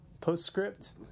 postscript